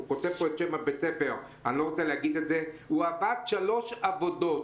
כותב את שם בית-הספר אבל אני לא רוצה להגיד עבד בשלוש עבודות.